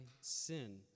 sin